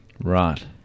Right